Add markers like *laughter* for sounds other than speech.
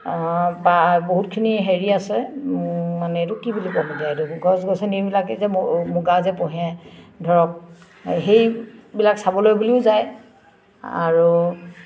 *unintelligible* বহুতখিনি হেৰি আছে মানে এইটো কি বুলি ক'ম দিয়ে এইটো গছ গছনিবিলাকে যে মুগা যে পোহে ধৰক সেইবিলাক চাবলৈ বুলিও যায় আৰু